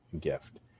gift